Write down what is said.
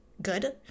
good